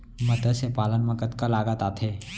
मतस्य पालन मा कतका लागत आथे?